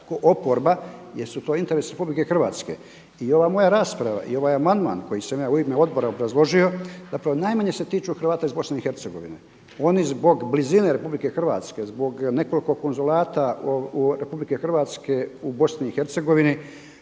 tko oporba jer su to interesi Republike Hrvatske. I ova moja rasprava i ovaj amandman koji sam ja u ime odbora obrazložio zapravo najmanje se tiču Hrvata iz Bosne i Hercegovine. Oni zbog blizine Republike Hrvatske, zbog nekoliko konzulata Republike Hrvatske u Bosni